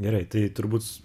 gerai tai turbūt